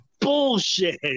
bullshit